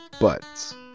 buts